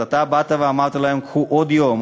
אז אתה באת ואמרת להם: קחו עוד יום,